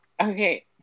Okay